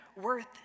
worth